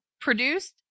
produced